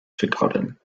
forgotten